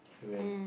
I went